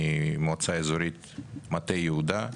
ממועצה אזורית מטה יהודה.